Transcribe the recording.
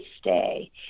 stay